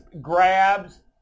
grabs